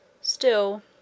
Still